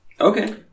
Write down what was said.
Okay